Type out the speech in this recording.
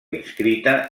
inscrita